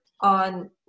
on